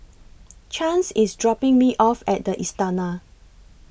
Chance IS dropping Me off At The Istana